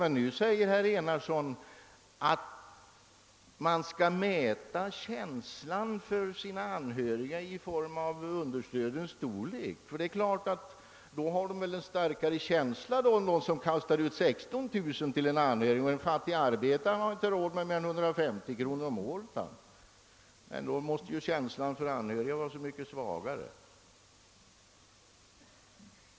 Men nu säger herr Enarsson, att man skall mäta känslan för sina anhöriga i form av understödens storlek, därför att det är väl klart att den som kastar ut 16 000 har en starkare känsla för en anhörig än en fattig arbetare som inte har råd med mer än 150 kronor om året. Då måste ju hans känsla för anhöriga vara så mycket svagare!